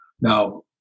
Now